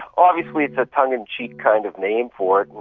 obviously it's a tongue-in-cheek kind of name for it.